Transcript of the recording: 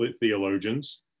theologians